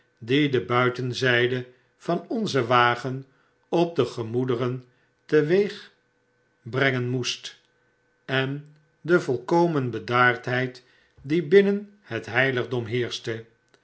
de buitenzjjde van onzen wagen op de gemoederen teweegbrengen moest en de volkomen bedaardheid die binnen het heiligdom